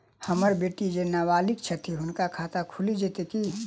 हम्मर बेटी जेँ नबालिग छथि हुनक खाता खुलि जाइत की?